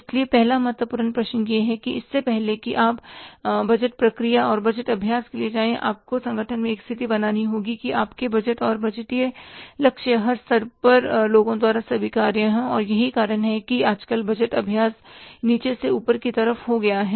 इसलिए पहला महत्वपूर्ण विचार यह है कि इससे पहले कि आप बजट प्रक्रिया और बजट अभ्यास के लिए जाए आपको संगठन में एक स्थिति बनानी होगी कि आपके बजट और बजटीय लक्ष्य हर स्तर पर लोगों द्वारा स्वीकार्य हों और यही कारण है कि आजकल बजट अभ्यास नीचे से ऊपर की तरफ हो गया है